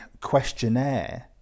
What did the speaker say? questionnaire